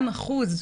גם אחוז,